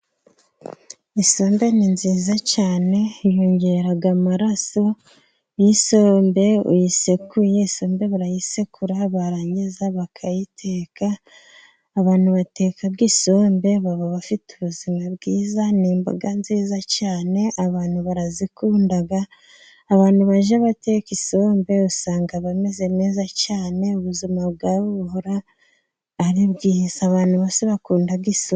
Isombe ni nziza cyane yongera amaraso. Isombe barayisekura barangiza bakayiteka, abantu bateka isombe baba bafite ubuzima bwiza, ni imboga nziza cyane abantu barazikunda. Abantu bajya bateka isombe usanga bameze neza cyane ubuzima bwabo buhora ari bwiza, abantu bakunda isombe.